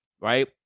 right